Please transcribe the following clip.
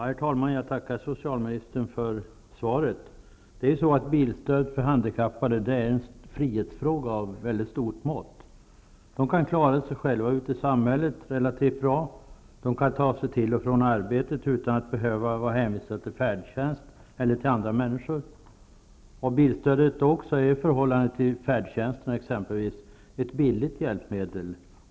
Herr talman! Jag tackar socialministern för svaret. Frågan om bilstöd för handikappade är en frihetsfråga av mycket stort mått. Med bil kan de handikappade klara sig på egen hand relativt bra ute i samhället, och de kan ta sig till och från arbetet utan att behöva vara hänvisade till färdtjänst eller till andra människor. Bilstödet är dessutom i förhållande till exempelvis färdtjänst ett billigt färdmedel.